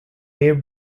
dave